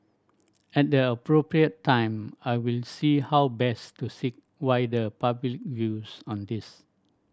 at the appropriate time I will see how best to seek wider public views on this